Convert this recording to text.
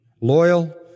loyal